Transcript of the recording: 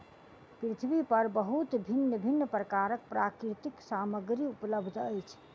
पृथ्वी पर बहुत भिन्न भिन्न प्रकारक प्राकृतिक सामग्री उपलब्ध अछि